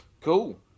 cool